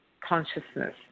consciousness